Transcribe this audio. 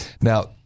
Now